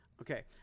okay